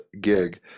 gig